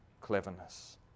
cleverness